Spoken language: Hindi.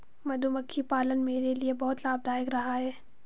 मधुमक्खी पालन मेरे लिए बहुत लाभदायक रहा है